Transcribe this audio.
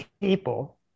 people